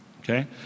Okay